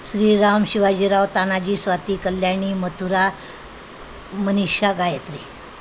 Shriram Shivajirao Tanaji Swati Kalyani Mathura Manisha Gayatri